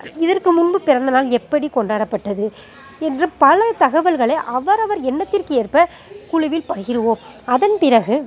இதற்கு முன்பு பிறந்தநாள் எப்படி கொண்டாடப்பட்டது என்று பல தகவல்களை அவரவர் எண்ணத்திற்கு ஏற்ப குழுவில் பகிர்வோம் அதன் பிறகு